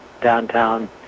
downtown